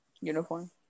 Uniform